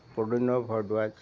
Pradyumna Bharadwaj